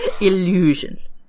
Illusions